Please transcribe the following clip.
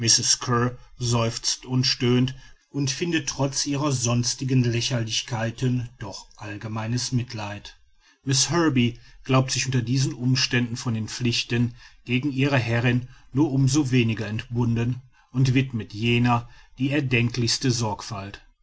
seufzt und stöhnt und findet trotz ihrer sonstigen lächerlichkeiten doch allgemeines mitleid miß herby glaubt sich unter diesen umständen von den pflichten gegen ihre herrin nur um so weniger entbunden und widmet jener die erdenklichste sorgfalt